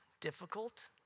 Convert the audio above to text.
difficult